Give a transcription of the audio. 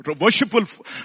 worshipful